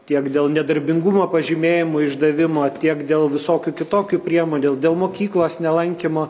tiek dėl nedarbingumo pažymėjimų išdavimo tiek dėl visokių kitokių priemonių dėl mokyklos nelankymo